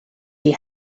she